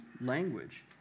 language